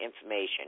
information